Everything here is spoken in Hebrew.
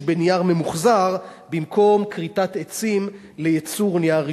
בנייר ממוחזר במקום כריתת עצים לייצור נייר ראשוני.